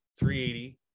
380